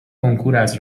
کنکوراز